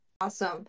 Awesome